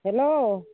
hello